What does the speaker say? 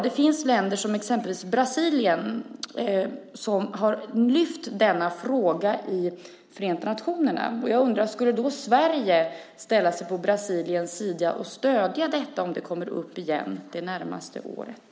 Det finns länder, exempelvis Brasilien, som har lyft fram denna fråga i Förenta nationerna. Jag undrar därför om Sverige skulle ställa sig på Brasiliens sida och stödja detta om det skulle komma upp igen under det närmaste året.